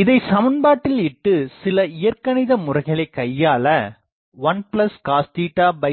இதைசமன்பாட்டில் இட்டு சில இயற்கணித முறைகளைக் கையாள 1cos sin2f